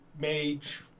mage